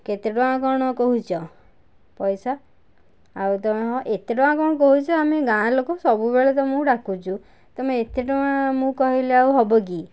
କେତେ ଟଙ୍କା କ'ଣ କହୁଛ ପଇସା ଆଉ ତୁମେ ହଁ ଏତେ ଟଙ୍କା କ'ଣ କହୁଛ ଆମେ ଗାଁ ଲୋକ ସବୁବେଳେ ତୁମକୁ ଡାକୁଛୁ ତୁମେ ଏତେ ଟଙ୍କା ଆମକୁ କହିଲେ ଆଉ ହବ କି